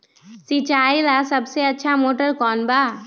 सिंचाई ला सबसे अच्छा मोटर कौन बा?